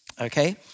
okay